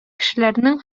кешеләрнең